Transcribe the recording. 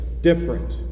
different